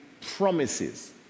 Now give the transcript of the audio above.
promises